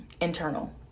internal